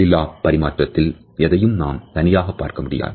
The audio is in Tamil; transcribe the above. சொல்லிலா பரிமாற்றத்தில் எதையும் நாம் தனியாக பார்க்க முடியாது